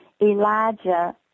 Elijah